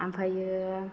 ओमफ्रायो